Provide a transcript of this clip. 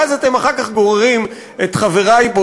ואז אתם אחר כך גוררים את חברי פה,